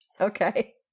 Okay